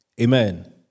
Amen